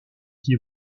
qui